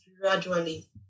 gradually